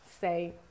say